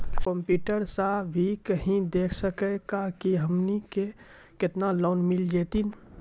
Computer सा भी कही देख सकी का की हमनी के केतना लोन मिल जैतिन?